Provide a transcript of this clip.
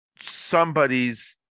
somebody's